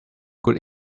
good